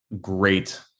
great